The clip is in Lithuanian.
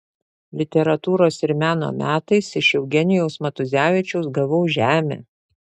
literatūros ir meno metais iš eugenijaus matuzevičiaus gavau žemę